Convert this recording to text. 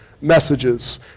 messages